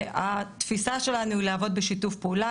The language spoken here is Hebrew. התפיסה שלנו היא לעבוד בשיתוף פעולה,